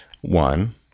One